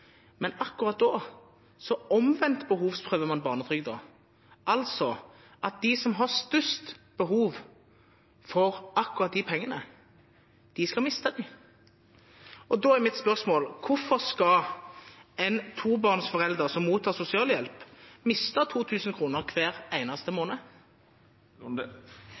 man barnetrygden omvendt, altså at de som har størst behov for akkurat de pengene, skal miste dem. Da er mitt spørsmål: Hvorfor skal en tobarnsforelder som mottar sosialhjelp, miste 2 000 kr hver eneste måned?